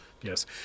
Yes